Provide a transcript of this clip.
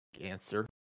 answer